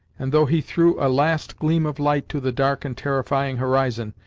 and though he threw a last gleam of light to the dark and terrifying horizon,